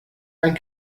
ein